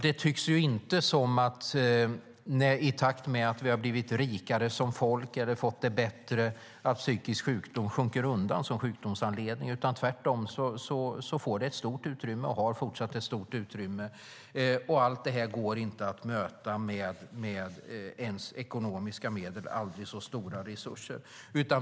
Det tycks inte som att psykisk sjukdom, i takt med att vi har blivit rikare som folk och fått det bättre, har minskat som sjukdomsanledning. Tvärtom får det fortsatt ett stort utrymme. Allt det här går inte att möta med ekonomiska medel eller med aldrig så stora resurser.